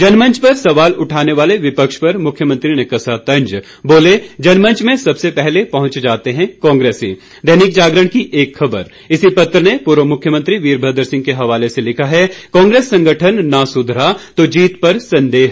जनमंच पर सवाल उठाने वाले विपक्ष पर मुख्यमंत्री ने कसा तंज बोले जनमंच में सबसे पहले पहुंच जाते है कांग्रेसी दैनिक जागरण की एक ख़बर इसी पत्र ने पूर्व मुख्यमंत्री वीरभद्र सिंह के हवाले से लिखा है कांग्रेस संगठन ना सुधरा तो जीत पर संदेह